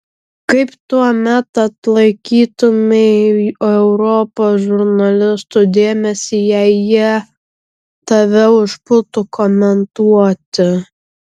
kaip tuomet atlaikytumei europos žurnalistų dėmesį jei jie tave užpultų komentuoti